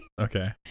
okay